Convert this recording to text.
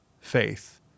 faith